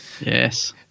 Yes